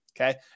okay